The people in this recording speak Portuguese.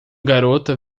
garota